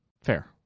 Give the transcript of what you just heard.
Fair